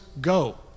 go